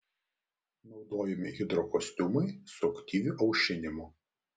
naudojami hidrokostiumai su aktyviu aušinimu